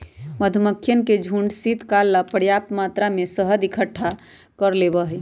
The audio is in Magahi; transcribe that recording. मधुमक्खियन के झुंड शीतकाल ला पर्याप्त मात्रा में शहद इकट्ठा कर लेबा हई